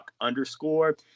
underscore